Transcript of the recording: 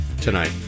tonight